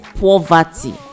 poverty